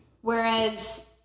Whereas